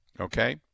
Okay